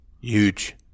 Huge